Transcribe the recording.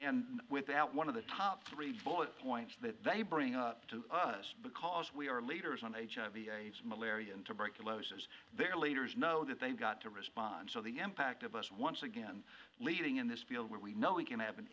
and without one of the top three bullet points that they bring up to us because we are leaders on the malaria and tuberculosis their leaders know that they've got to respond so the m pact of us once again leading in this field where we know we can have an